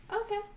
Okay